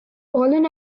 fallen